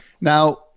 Now